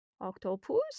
Octopus